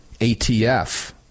ATF